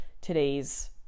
today's